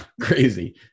crazy